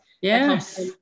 Yes